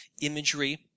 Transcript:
imagery